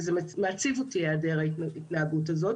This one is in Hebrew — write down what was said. ההתנהגות הזאת